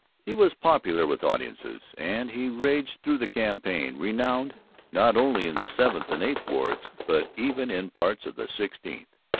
he was popular with audiences, and he raged through the campaign, renowned not only in the seventh and eighth wards but even in parts of the sixteenth.